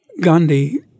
Gandhi